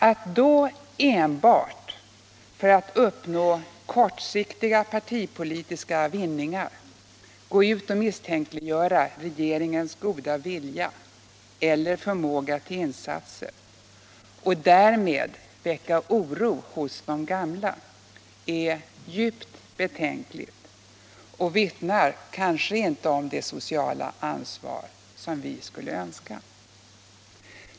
Att då enbart för att uppnå kortsiktiga partipolitiska vinningar gå ut och misstänkliggöra regeringens goda vilja eller förmåga till insatser — och därmed väcka oro hos de gamla — är djupt betänkligt och vittnar kanske inte om det sociala ansvar som vi skulle önska.